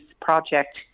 Project